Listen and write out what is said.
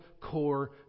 core